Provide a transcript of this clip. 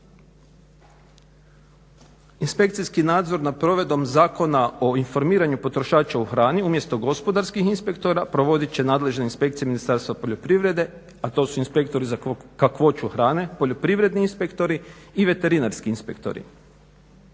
Inspekcijski nadzor na provedbom Zakona o informiranju potrošača u hrani umjesto gospodarskih inspektora provodit će nadležne inspekcije Ministarstva poljoprivrede, a to su inspektori za kakvoću hrane, poljoprivredni inspektori i veterinarski inspektori.